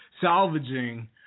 Salvaging